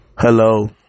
Hello